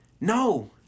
No